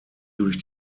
durch